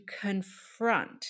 confront